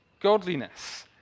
godliness